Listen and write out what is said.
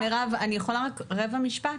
אז מירב, אני יכולה רק רבע משפט?